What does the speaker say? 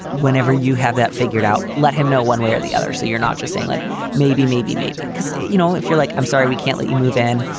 whenever you have that figured out, let him know one way or the other. so you're not just saying like maybe, maybe, maybe, because, you know, if you're like, i'm sorry, we can't let you move in.